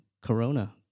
Corona